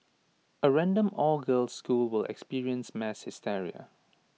A random all girls school will experience mass hysteria